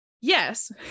yes